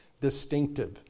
distinctive